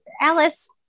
Alice